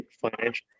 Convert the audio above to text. financial